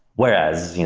whereas,